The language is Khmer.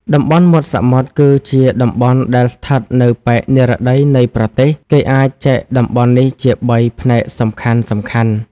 តំបន់មាត់សមុទ្រគឺជាតំបន់ដែលស្ថិតនៅប៉ែកនិរតីនៃប្រទេស គេអាចចែកតំបន់នេះជា ៣ ផ្នែកសំខាន់ៗ។